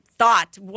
Thought